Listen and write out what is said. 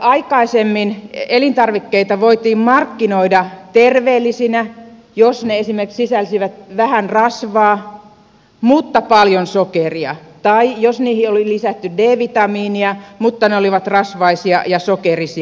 aikaisemmin elintarvikkeita voitiin markkinoida terveellisinä jos ne esimerkiksi sisälsivät vähän rasvaa mutta paljon sokeria tai jos niihin oli lisätty d vitamiinia mutta ne olivat rasvaisia ja sokerisia